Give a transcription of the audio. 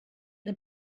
the